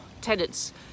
tenants